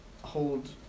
hold